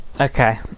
Okay